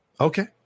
Okay